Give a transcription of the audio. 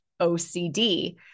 OCD